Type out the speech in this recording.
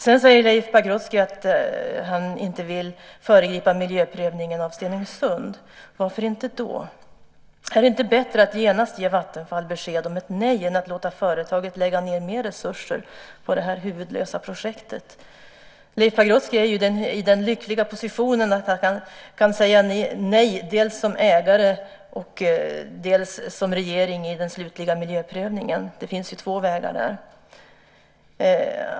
Sedan säger Leif Pagrotsky att han inte vill föregripa miljöprövningen av Stenungsund. Varför inte? Är det inte bättre att genast ge Vattenfall besked om ett nej än att låta företaget lägga ned mer resurser på det här huvudlösa projektet? Leif Pagrotsky är i den lyckliga positionen att han kan säga nej dels som ägare, dels som regering i den slutliga miljöprövningen. Det finns två vägar där.